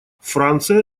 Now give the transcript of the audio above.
франция